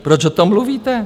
Proč o tom mluvíte?